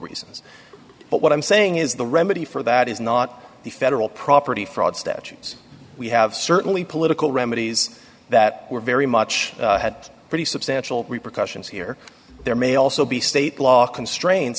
reasons but what i'm saying is the remedy for that is not the federal property fraud statutes we have certainly political remedies that were very much had pretty substantial repercussions here there may also be state law constraints